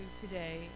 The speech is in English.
today